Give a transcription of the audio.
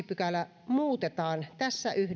pykälä muutetaan tässä